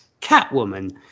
Catwoman